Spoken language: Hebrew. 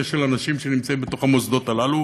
של אנשים שנמצאים בתוך המוסדות הללו,